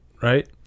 right